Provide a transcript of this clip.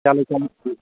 چلو چلو